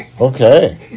Okay